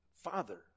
father